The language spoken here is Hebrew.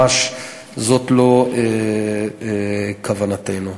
זאת ממש לא כוונתנו.